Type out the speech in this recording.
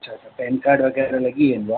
अच्छा त pen card वग़ैरह लॻी वेंदो आहे